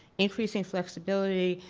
increasing flexibility,